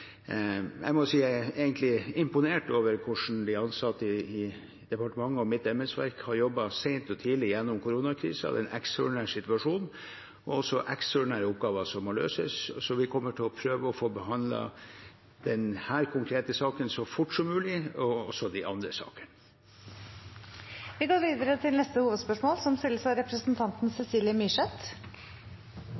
Jeg kan forsikre om – og er egentlig imponert over – at departementet og mitt embetsverk har jobbet sent og tidlig gjennom koronakrisen. Det er en ekstraordinær situasjon og også ekstraordinære oppgaver som må løses, så vi kommer til å prøve å få behandlet denne konkrete saken så fort som mulig, og også de andre sakene. Vi går videre til neste hovedspørsmål.